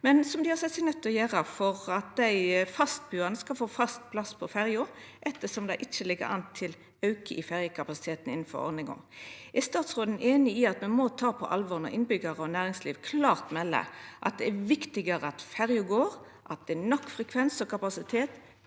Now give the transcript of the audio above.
som dei har sett seg nøydde til å gjera for at dei fastbuande skal få fast plass på ferja, ettersom det ikkje ligg an til ein auke i ferjekapasiteten innanfor ordninga. Er statsråden einig i at me må ta på alvor når innbyggjarar og næringsliv klart melder at det er viktigare at ferja går, at det er nok frekvens og kapasitet,